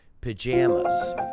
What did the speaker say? pajamas